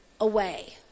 away